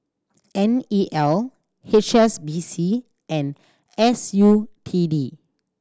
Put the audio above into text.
N E L H S B C and S U T D